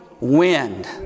wind